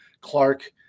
clark